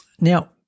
Now